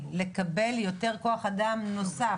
לקבל כוח אדם נוסף.